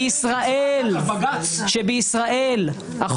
תלוי אחר? שבישראל,